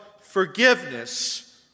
forgiveness